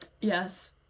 Yes